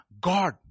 God